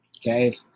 okay